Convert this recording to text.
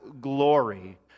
glory